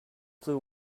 flew